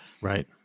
right